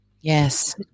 Yes